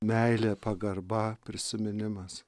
meilė pagarba prisiminimas